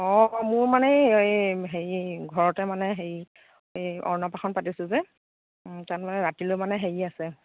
অঁ মোৰ মানে এই হেৰি ঘৰতে মানে হেৰি এই অন্নপ্ৰাশন পাতিছোঁ যে তাত মানে ৰাতিলৈ মানে হেৰি আছে